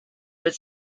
but